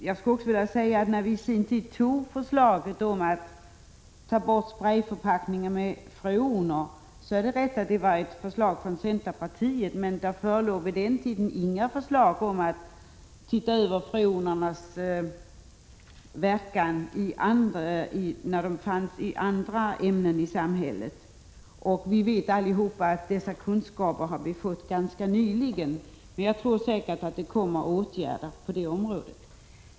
Jag vill också säga att det är riktigt att det var efter ett förslag från centerpartiet som riksdagen på sin tid beslöt om avskaffande av sprejförpackningar med freoner. Men det förelåg då inget förslag om översyn av användningen av freoner i andra sammanhang i samhället. Som alla vet har vi ganska nyligen fått kunskaper om detta. Det kommer säkerligen åtgärder på det området.